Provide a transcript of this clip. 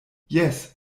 jes